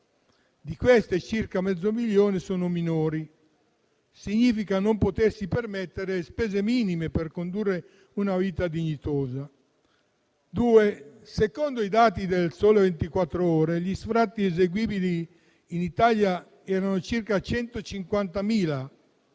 di cui circa mezzo milione sono minori - il che significa non potersi permettere le spese minime per condurre una vita dignitosa. Secondo poi i dati de «Il Sole 24 Ore», gli sfratti eseguibili in Italia erano circa 150.000,